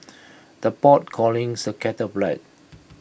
the pot callings the kettle black